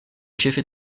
ĉefe